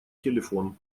телефон